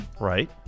Right